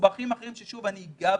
מסובכים אחרים שנגע בהם.